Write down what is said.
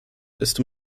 ist